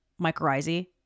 mycorrhizae